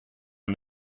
him